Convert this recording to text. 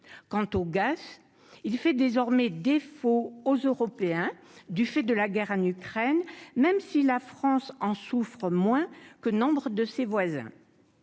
quant au gaz, il fait désormais défaut aux Européens, du fait de la guerre en Ukraine, même si la France en souffre moins que nombre de ses voisins,